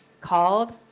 called